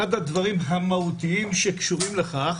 אחד הדברים המהותיים שקשורים לכך